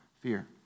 fear